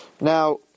Now